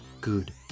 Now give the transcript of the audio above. good